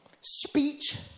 speech